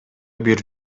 бир